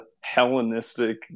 Hellenistic